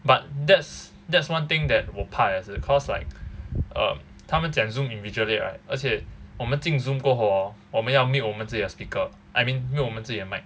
but that's that's one thing that 我怕也是 cause like um 他们讲 zoom invigilate right 而且我们进 zoom 过后 hor 我们要 mute 我们自己的 speaker I mean mute 我们自己的 mic